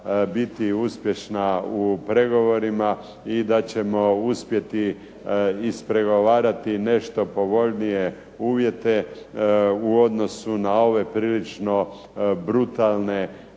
biti uspješna u pregovorima i da ćemo uspjeti ispregovarati nešto povoljnije uvjete u odnosu na ove prilično brutalne